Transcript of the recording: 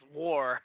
war